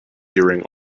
during